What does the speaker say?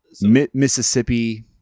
Mississippi